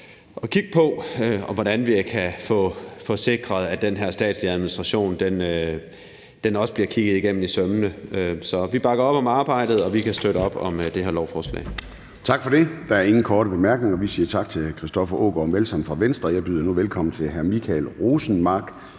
at kigge på, hvordan vi kan få sikret, at den her statslige administration også bliver kigget efter i sømmene. Så vi bakker op om arbejdet, og vi kan støtte op om det her lovforslag. Kl. 10:24 Formanden (Søren Gade): Tak for det. Der er ingen korte bemærkninger, og vi siger tak til hr. Christoffer Aagaard Melson fra Venstre. Jeg byder nu velkommen til hr. Michael Rosenmark